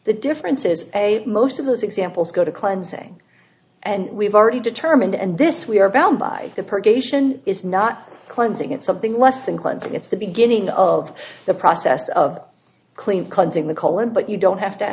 the difference is a most of those examples go to cleansing and we've already determined and this we are bound by the purgation is not cleansing it something less than cleansing it's the beginning of the process of clean cleansing the colon but you don't have to